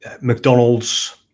McDonald's